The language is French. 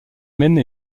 mène